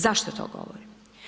Zašto to govorim?